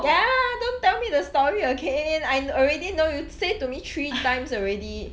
ya don't tell me the story again I already know you say to me three times already